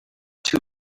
too